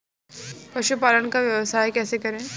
पशुपालन का व्यवसाय कैसे करें?